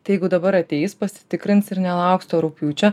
tai jeigu dabar ateis pasitikrins ir nelauks to rugpjūčio